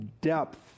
depth